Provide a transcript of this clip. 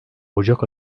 ocak